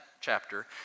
chapter